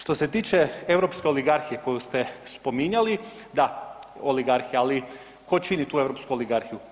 Što se tiče europske oligarhije koju ste spominjali, da oligarhija, ali tko čini tu europsku oligarhiju?